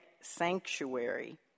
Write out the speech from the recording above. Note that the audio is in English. sanctuary